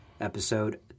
episode